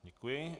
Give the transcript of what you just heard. Děkuji.